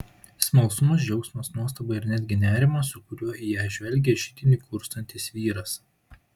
smalsumas džiaugsmas nuostaba ir netgi nerimas su kuriuo į ją žvelgė židinį kurstantis vyras